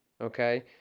okay